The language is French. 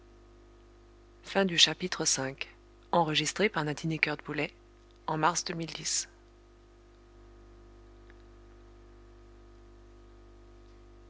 en est de mille